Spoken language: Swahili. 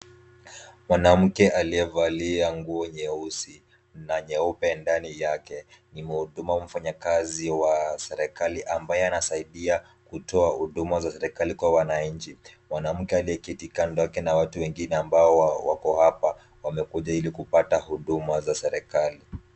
Mwanamke aliyevalia nguo nyeusi na nyeupe ndani yake ni mhudumu au mfanyakazi wa serikali ambaye anasaidia kutoa huduma za serikali kwa wananchi. Mwanamke aliyeketi kando yake na watu wengine ambao wako hapa wamekuja ili kupata huduma za serikali.